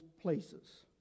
places